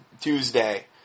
Tuesday